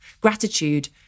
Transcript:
gratitude